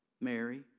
Mary